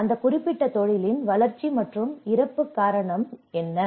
அந்த குறிப்பிட்ட தொழிலின் வளர்ச்சி மற்றும் இறப்பு காரணங்கள் என்ன